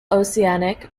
oceanic